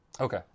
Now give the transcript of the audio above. Okay